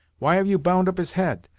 why have you bound up his head?